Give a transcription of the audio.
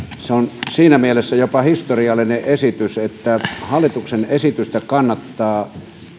se on siinä mielessä jopa historiallinen esitys että hallituksen esitystä kannattavat